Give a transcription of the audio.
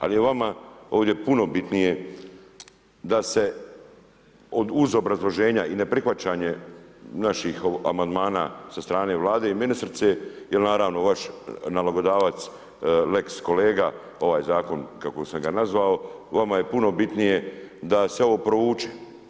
Ali je vama ovdje puno bitnije da se uz obrazloženja i ne prihvaćanje naših amandmana sa strane Vlade i ministrice jel naravno vaš nalogodavac lex kolega ovaj zakon kako sam ga nazvao, vama je puno bitnije da se ovo provuče.